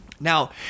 Now